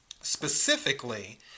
specifically